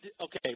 Okay